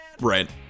Right